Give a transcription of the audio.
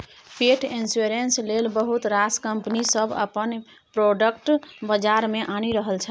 पेट इन्स्योरेन्स लेल बहुत रास कंपनी सब अपन प्रोडक्ट बजार मे आनि रहल छै